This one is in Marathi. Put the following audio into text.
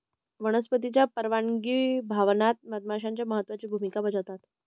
वनस्पतींच्या परागीभवनात मधमाश्या महत्त्वाची भूमिका बजावतात